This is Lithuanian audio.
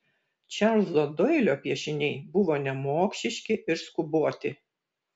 čarlzo doilio piešiniai buvo nemokšiški ir skuboti